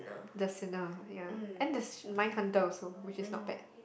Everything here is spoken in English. the Sinner ya and the Mindhunter also which is not bad